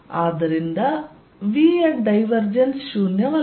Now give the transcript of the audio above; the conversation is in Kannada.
ಆದ್ದರಿಂದ v ಯ ಡೈವರ್ಜೆನ್ಸ್ ಶೂನ್ಯವಲ್ಲ